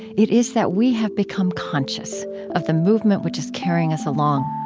it is that we have become conscious of the movement which is carrying us along.